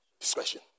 Discretion